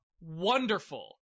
wonderful